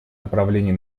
направлений